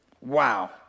Wow